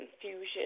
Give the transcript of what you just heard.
confusion